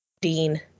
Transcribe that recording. Dean